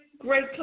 great